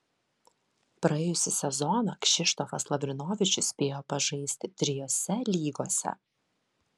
praėjusį sezoną kšištofas lavrinovičius spėjo pažaisti trijose lygose